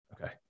Okay